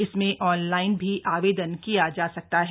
इसमें ऑनलाइन भी आवेदन किया जा सकता है